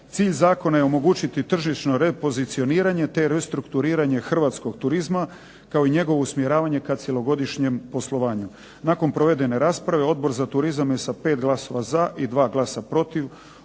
Cilj zakona je omogućiti tržišno repozicioniranje te restrukturiranje hrvatskog turizma kao i njegovo usmjeravanje ka cjelogodišnjem poslovanju. Nakon provedene rasprave Odbor za turizam je sa 5 glasova za i 2 glasa protiv